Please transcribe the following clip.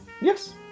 Yes